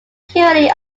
currently